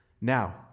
Now